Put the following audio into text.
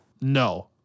No